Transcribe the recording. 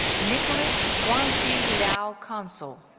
nicholas chuanji liao consul,